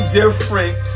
different